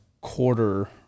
quarter